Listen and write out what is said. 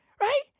Right